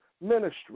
ministry